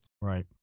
Right